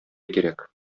кирәк